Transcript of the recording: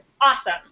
Awesome